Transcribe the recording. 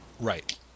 Right